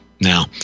now